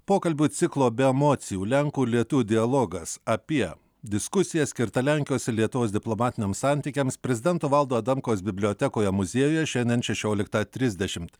pokalbių ciklo be emocijų lenkų ir lietuvių dialogas apie diskusija skirta lenkijos ir lietuvos diplomatiniams santykiams prezidento valdo adamkaus bibliotekoje muziejuje šiandien šešioliktą trisdešimt